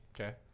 Okay